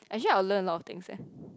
actually I'll learn a lot of things eh